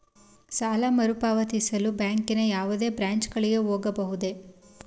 ಸಾಲ ಮರುಪಾವತಿಸಲು ಬ್ಯಾಂಕಿನ ಯಾವುದೇ ಬ್ರಾಂಚ್ ಗಳಿಗೆ ಹೋಗಬಹುದೇ?